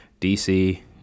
DC